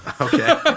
Okay